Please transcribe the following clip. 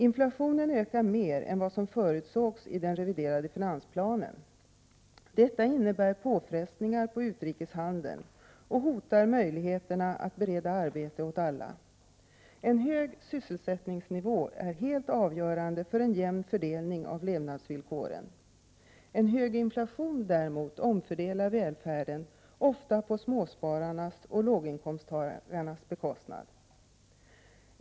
Inflationen ökar mer än vad som förutsågs i den reviderade finansplanen. Detta innebär påfrestningar på utrikeshandeln och hotar möjligheterna att bereda arbete åt alla. En hög sysselsättningsnivå är helt avgörande för en jämn fördelning av levnadsvillkoren. En hög inflation däremot omfördelar välfärden, ofta på småspararnas och låginkomsttagarnas bekostnad.